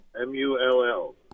M-U-L-L